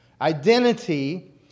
Identity